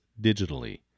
digitally